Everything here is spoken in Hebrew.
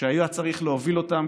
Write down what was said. שהיה צריך להוביל אותם,